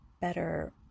better